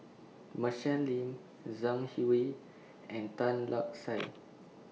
Michelle Lim Zhang Hui and Tan Lark Sye